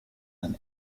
and